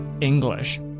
English